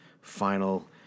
final